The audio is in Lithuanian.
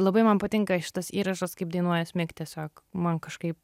labai man patinka šitas įrašas kaip dainuoja asmik tiesiog man kažkaip